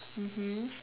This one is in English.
mmhmm